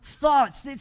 thoughts